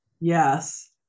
Yes